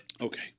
Okay